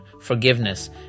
forgiveness